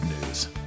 news